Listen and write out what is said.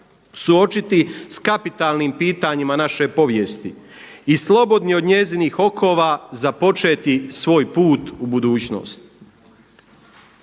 suočiti sa kapitalnim pitanjima naše povijesti i slobodni od njezinih okova započeti svoj put u budućnost?